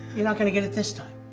you're not gonna get it this time.